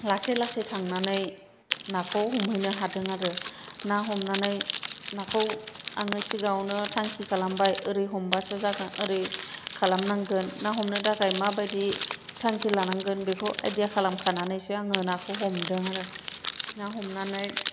लासै लासै थांनानै नाखौ हमहैनो हादों आरो ना हमनानै नाखौ आङो सिगाङावनो थांखि खालामबाय ओरै हमबासो जागोन ओरै खालामनांगोन ना हमनो थाखाय माबायदि थांखि लानांगोन बेखौ आइडिया खालामखानानैसो आङो नाखौ हमदों आरो ना हमनानै